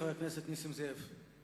חבר הכנסת נסים זאב.